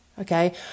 okay